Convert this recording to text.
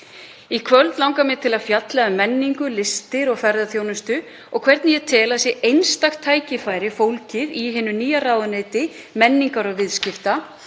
Í kvöld langar mig til að fjalla um menningu, listir og ferðaþjónustu og hvernig ég tel að það sé einstakt tækifæri fólgið í hinu nýja ráðuneyti menningar og viðskipta,